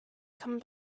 come